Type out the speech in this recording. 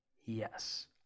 Yes